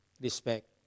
Respect